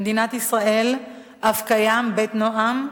במדינת ישראל אף קיים "בית נועם"